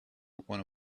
one